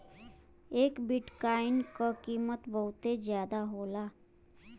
एक बिट्काइन क कीमत बहुते जादा होला